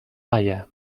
baia